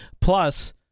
Plus